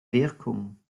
wirkung